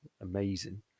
amazing